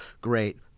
Great